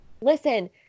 Listen